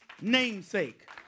namesake